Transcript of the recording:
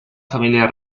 familia